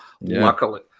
Luckily